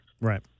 Right